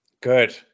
Good